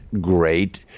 great